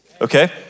okay